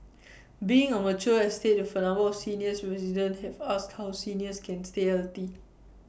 being A mature estate with A number of seniors residents have asked how seniors can stay healthy